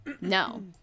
No